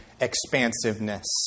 expansiveness